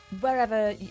wherever